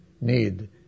need